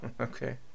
Okay